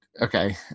Okay